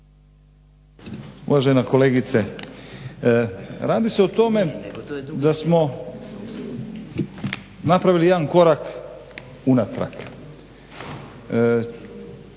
Uvažena kolegice, radi se o tome da smo napravili jedan korak unatrag.